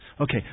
Okay